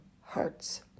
hearts